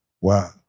Wow